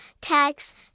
tags